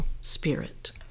spirit